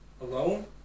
alone